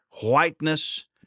whiteness